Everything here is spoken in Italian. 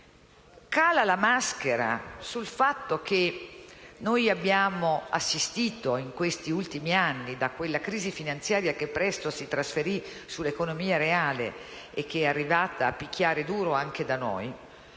Cala la maschera sul fatto che abbiamo assistito in questi ultimi anni - da quella crisi finanziaria che presto si è trasferita sull'economia reale e che è arrivata a picchiare duro anche da noi